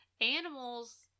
Animals